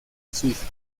suiza